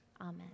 Amen